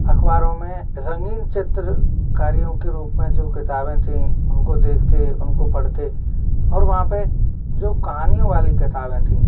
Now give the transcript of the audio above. अखबारों में रंगीन चित्र कार्यों के रूप में जो किताबें थीं उनको देखते उनको पढ़ते और वहाँ पर जो कहानियों वाली किताबें थीं